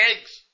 eggs